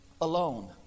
alone